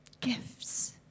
Gifts